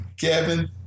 Kevin